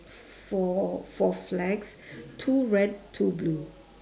four four flags two red two blue